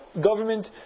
government